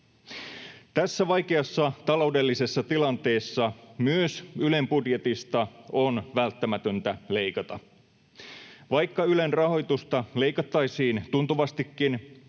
Tässä vaikeassa taloudellisessa tilanteessa myös Ylen budjetista on välttämätöntä leikata. Vaikka Ylen rahoitusta leikattaisiin tuntuvastikin,